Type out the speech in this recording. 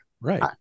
Right